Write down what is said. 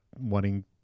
wanting